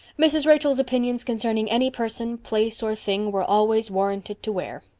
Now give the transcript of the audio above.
mrs. rachel's opinions concerning any person, place, or thing, were always warranted to wear.